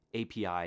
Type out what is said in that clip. API